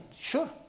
sure